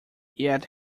yet